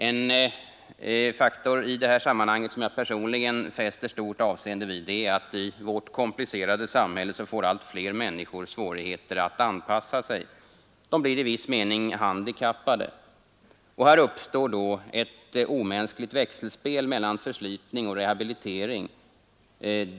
En faktor i detta sammanhang som jag personligen fäster stort avseende vid är att i vårt komplicerade samhälle allt fler människor får svårigheter att anpassa sig. De blir i viss mening handikappade. Här uppstår då ett omänskligt växelspel mellan förslitning och rehabilitering.